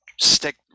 stick